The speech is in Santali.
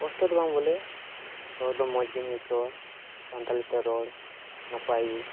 ᱠᱚᱥᱴᱚ ᱫᱚ ᱵᱟᱝ ᱵᱚᱞᱮ ᱨᱚᱲ ᱫᱚ ᱢᱚᱡᱽ ᱜᱮᱧ ᱟᱹᱭᱠᱟᱹᱣᱟ ᱥᱟᱱᱛᱟ ᱞᱤ ᱛᱮ ᱨᱚᱲ ᱱᱟᱯᱟᱭ ᱜᱮ